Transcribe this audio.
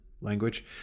language